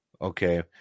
Okay